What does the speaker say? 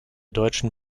deutschen